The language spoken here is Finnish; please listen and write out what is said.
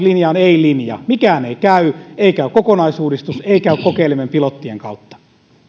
linja on ei linja mikään ei käy ei käy kokonaisuudistus ei käy kokeileminen pilottien kautta